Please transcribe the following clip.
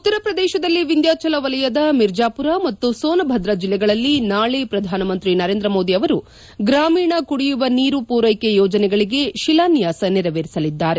ಉತ್ತರಪ್ರದೇಶದಲ್ಲಿ ವಿಂಧ್ಯಾಚಲ ವಲಯದ ಮಿರ್ಜಾಪುರ ಮತ್ತು ಸೋನಭದ್ರ ಜಿಲ್ಲೆಗಳಲ್ಲಿ ನಾಳೆ ಪ್ರಧಾನಮಂತ್ರಿ ನರೇಂದ್ರ ಮೋದಿ ಅವರು ಗ್ರಾಮೀಣ ಕುಡಿಯುವ ನೀರು ಪೂರೈಕೆ ಯೋಜನೆಗಳಿಗೆ ಶಿಲಾನ್ಲಾಸ ನೆರವೇರಿಸಲಿದ್ದಾರೆ